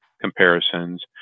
comparisons